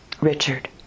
Richard